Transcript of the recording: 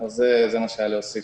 זה מה שהיה לי להוסיף.